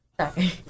Sorry